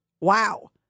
Wow